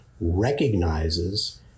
recognizes